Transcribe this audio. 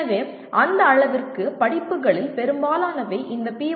எனவே அந்த அளவிற்கு இந்த படிப்புகளில் பெரும்பாலானவை இந்த பி